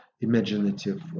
imaginative